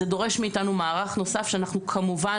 זה דורש מאתנו מערך נוסף שאנחנו כמובן